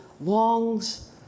longs